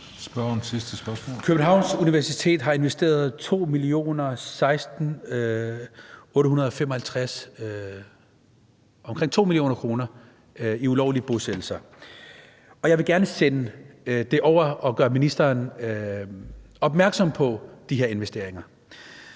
Københavns Universitet har investeret omkring 2 mio. kr. i ulovlige bosættelser, og jeg vil gerne sende det over og gøre ministeren opmærksom på de her investeringer.